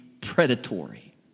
predatory